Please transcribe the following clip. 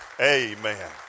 Amen